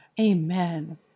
Amen